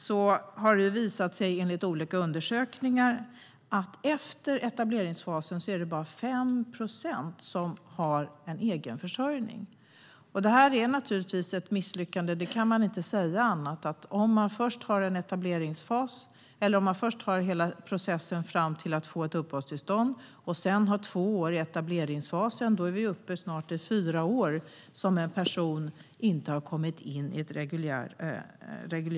Det har enligt olika undersökningar visat sig att det efter etableringsfasen bara är 5 procent som har en egenförsörjning. Det är naturligtvis ett misslyckande; något annat kan man inte säga. Om man först har hela processen fram till att få ett uppehållstillstånd och sedan har två år i etableringsfasen är man snart uppe i fyra år då en person inte har kommit in i reguljärt arbete.